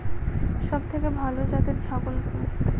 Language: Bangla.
সবথেকে ভালো জাতের ছাগল কি?